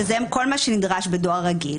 שזה כל מה שנדרש בדואר רגיל